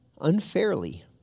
unfairly